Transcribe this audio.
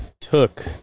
took